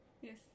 Yes